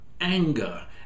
anger